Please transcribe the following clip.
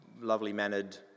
lovely-mannered